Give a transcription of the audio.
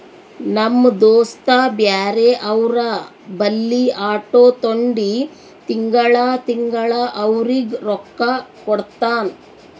ನಮ್ ದೋಸ್ತ ಬ್ಯಾರೆ ಅವ್ರ ಬಲ್ಲಿ ಆಟೋ ತೊಂಡಿ ತಿಂಗಳಾ ತಿಂಗಳಾ ಅವ್ರಿಗ್ ರೊಕ್ಕಾ ಕೊಡ್ತಾನ್